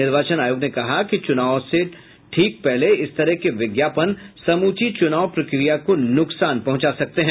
निर्वाचन आयोग ने कहा कि चुनाव से ठीक पहले इस तरह के विज्ञापन समूची चुनाव प्रक्रिया को नुकसान पहुंचा सकते हैं